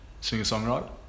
singer-songwriter